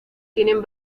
tienen